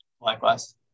Likewise